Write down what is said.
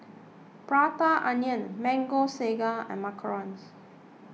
Prata Onion Mango Sago and Macarons